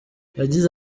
yagize